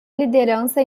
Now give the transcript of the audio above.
liderança